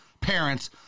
parents